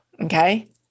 okay